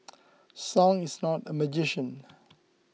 song is not a magician